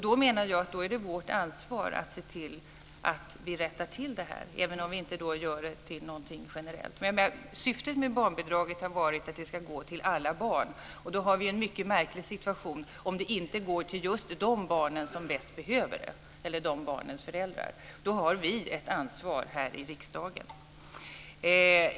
Jag menar att vi då har ansvar för att rätta till det här, även om vi inte gör det till någonting generellt. Syftet med barnbidraget har varit att det ska avse alla barn, och det är en mycket märklig situation om det inte går just till de föräldrar som mest behöver det. Då har vi här i riksdagen ett ansvar för att agera.